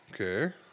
Okay